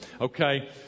okay